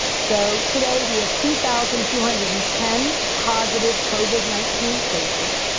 so today we have two thousand two hundred and ten positive covid nineteen cases.